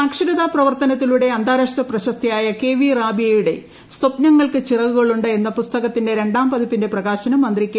സാക്ഷരതാ പ്രവർത്തനത്തിലൂടെ അന്താരാഷ്ട്ര പ്രശസ്തയായ കെ വി റാബിയയുടെ സ്വപ്നങ്ങൾക്ക് ചിറകുകളുണ്ട് എന്ന പുസ്തക ത്തിന്റെ രണ്ടാം പതിപ്പിന്റെ പ്രകാശനം മന്ത്രി കെ